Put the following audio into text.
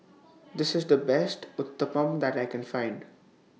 This IS The Best Uthapam that I Can Find